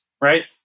right